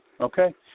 Okay